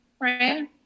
Right